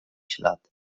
ślad